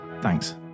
thanks